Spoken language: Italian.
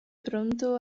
pronto